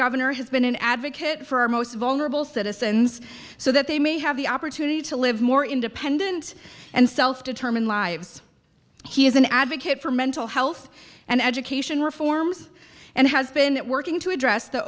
governor has been an advocate for our most vulnerable citizens so that they may have the opportunity to live more independent and self determined lives he is an advocate for mental health and education reforms and has been working to address the